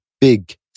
big